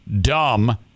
dumb